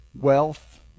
Wealth